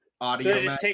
audio